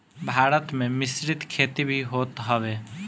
भारत में मिश्रित खेती भी होत हवे